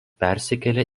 persikėlė